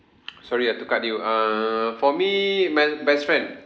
sorry I have to cut to you err for me my best friend